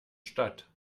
statt